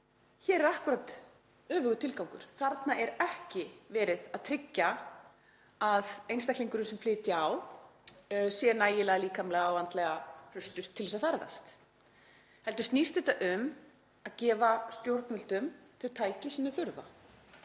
hér er akkúrat öfugur tilgangur. Þarna er ekki verið að tryggja að einstaklingurinn sem flytja á sé nægilega líkamlega og andlega hraustur til að ferðast heldur snýst þetta um að gefa stjórnvöldum þau tæki sem þau þurfa